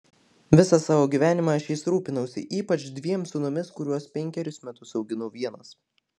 visą savo gyvenimą aš jais rūpinausi ypač dviem sūnumis kuriuos penkerius metus auginau vienas